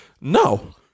No